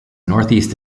northeast